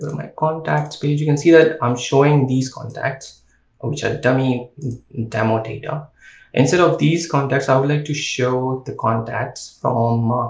my contacts page you can see that i'm showing these contacts which are dummy demo take them instead of these contacts i would like to show the contacts from